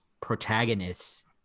protagonists